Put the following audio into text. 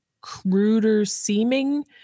cruder-seeming